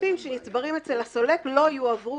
שהכספים שנצברים אצל הסולק לא יועברו